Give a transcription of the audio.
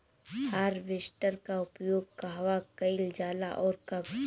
Harvester का उपयोग कहवा कइल जाला और कब?